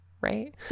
Right